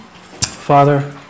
Father